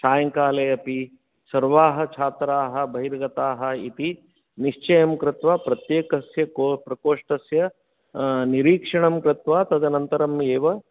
सायंकालेऽपि सर्वाः छात्राः बहिर्गताः इति निश्चयं कृत्वा प्रत्येकस्य को प्रकोष्ठस्य निरीक्षणं कृत्वा तदनन्तरम् एव